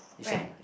right